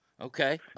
Okay